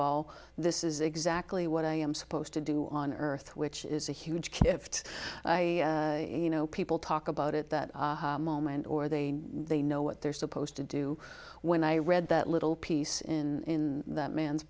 all this is exactly what i am supposed to do on earth which is a huge gift you know people talk about at that moment or they they know what they're supposed to do when i read that little piece in that man's